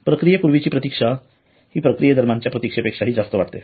प्रक्रिये पूर्वीची प्रतीक्षा हि प्रक्रियेदरम्यान च्या प्रतीक्षेपेक्षाहि जास्त वाटते